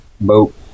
boat